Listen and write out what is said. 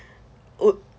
would